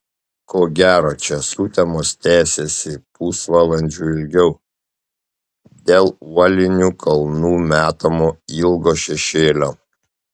ko gero čia sutemos tęsiasi pusvalandžiu ilgiau dėl uolinių kalnų metamo ilgo šešėlio